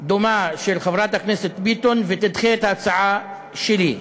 דומה של חברת הכנסת ביטון ותדחה את ההצעה שלי.